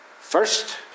First